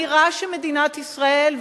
ואמירה שמדינת ישראל,